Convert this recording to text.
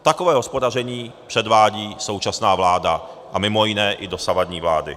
Takové hospodaření předvádí současná vláda a mimo jiné i dosavadní vlády.